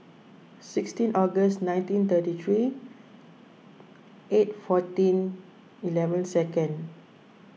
sixteen August nineteen thirty three eight fourteen eleven second